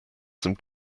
some